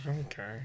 okay